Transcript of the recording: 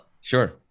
Sure